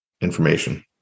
information